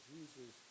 Jesus